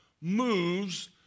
moves